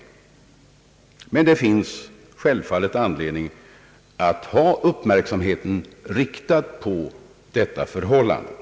Självfallet finns det emellertid anledning att ha uppmärksamheten riktad på förhållandet.